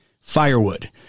firewood